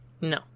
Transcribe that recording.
no